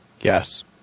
Yes